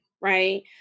Right